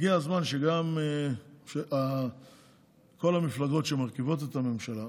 הגיע הזמן שגם כל המפלגות שמרכיבות את הממשלה,